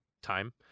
time